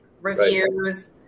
reviews